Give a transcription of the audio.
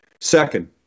Second